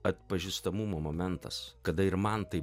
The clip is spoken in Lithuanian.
atpažįstamumo momentas kada ir man tai